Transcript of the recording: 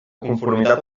conformitat